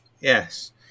Yes